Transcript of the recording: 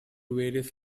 various